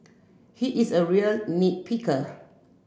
he is a real nit picker